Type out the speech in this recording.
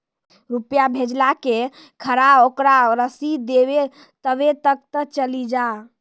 रुपिया भेजाला के खराब ओकरा रसीद देबे तबे कब ते चली जा?